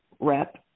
Rep